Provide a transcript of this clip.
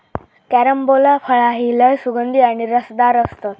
carambola फळा ही लय सुगंधी आणि रसदार असतत